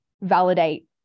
validate